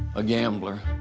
a gambler.